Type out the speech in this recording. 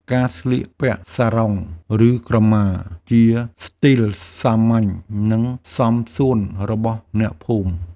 ការស្លៀកពាក់សារុង ឬក្រមា ជាស្ទីលសាមញ្ញ និងសមសួនរបស់អ្នកភូមិ។